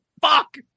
Fuck